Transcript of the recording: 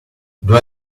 due